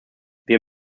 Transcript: wir